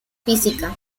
física